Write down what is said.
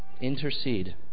intercede